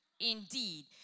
Indeed